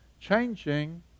changing